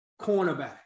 cornerback